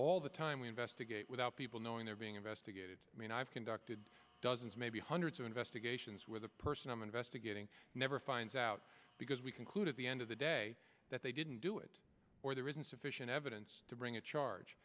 all the time we investigate without people knowing they're being investigated i mean i've conducted dozens maybe hundreds of investigations where the person i'm investigating never finds out because we conclude at the end of the day that they didn't do it or they insufficient evidence to bring a